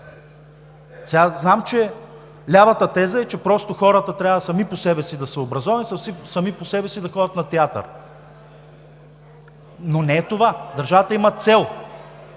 Знам, че лявата теза е, че просто хората трябва сами по себе си да се образоват и сами по себе си да ходят на театър. Но не е това! Държавата има цел